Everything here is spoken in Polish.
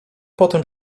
potem